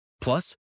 Plus